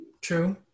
True